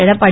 Edappadi